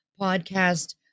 podcast